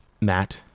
Matt